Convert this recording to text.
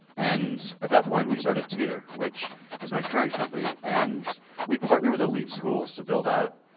and at that point we started tutor which is my current company. and we partner with elite schools to build out,